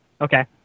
Okay